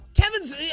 Kevin's